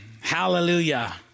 hallelujah